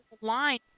line